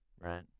right